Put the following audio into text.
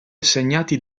assegnati